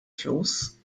flus